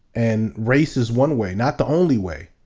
and race is one way, not the only way,